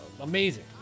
amazing